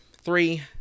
Three